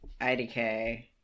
idk